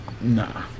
Nah